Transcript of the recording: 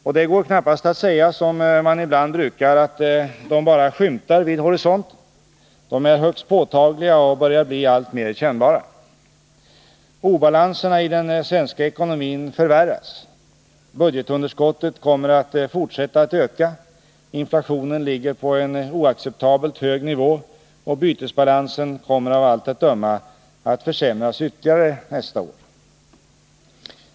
Och det går knappast att säga, som man ibland brukar, att de bara skymtar vid horisonten. De är högst påtagliga och börjar bli alltmer kännbara. Obalanserna i den svenska ekonomin förvärras. Budgetunderskottet kommer att fortsätta att öka. Inflationen ligger på en oacceptabelt hög nivå, och bytesbalansen kommer av allt att döma att försämras ytterligare under nästa år.